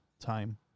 time